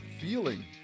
feeling